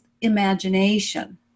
imagination